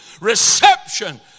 reception